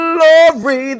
Glory